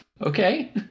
Okay